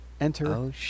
enter